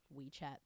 WeChat